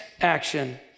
action